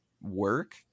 work